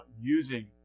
using